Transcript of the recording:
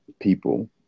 people